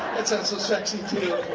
that sounds so sexy too,